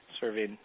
serving